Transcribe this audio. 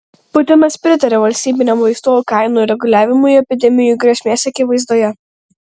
putinas pritarė valstybiniam vaistų kainų reguliavimui epidemijų grėsmės akivaizdoje